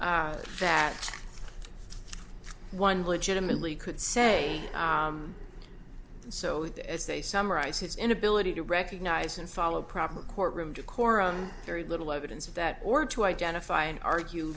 that one legitimately could say so as they summarize his inability to recognize and follow proper courtroom decorum and very little evidence of that or to identify and argue